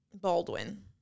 Baldwin